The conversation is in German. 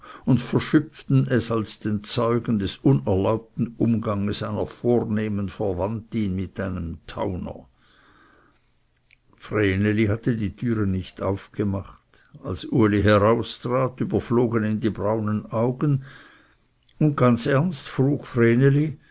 und verschüpften es als den zeugen des unerlaubten umganges einer vornehmen verwandtin mit einem tauner vreneli hatte die türe nicht aufgemacht als uli heraustrat überflogen ihn die braunen augen und ganz ernst